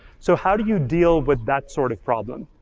so how do you deal with that sort of problem?